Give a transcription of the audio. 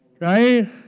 right